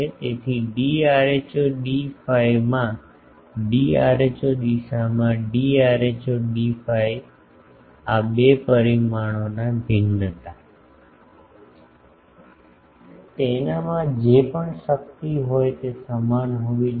તેથી d rho d phi માં d rho દિશામાં d rho d phi આ બે પરિમાણોના ભિન્નતા તેનામાં જે પણ શક્તિ હોય તે સમાન હોવી જોઈએ